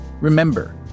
Remember